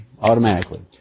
automatically